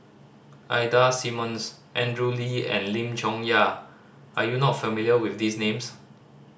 Ida Simmons Andrew Lee and Lim Chong Yah are you not familiar with these names